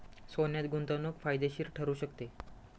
सोन्यात गुंतवणूक फायदेशीर ठरू शकते